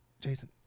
Jason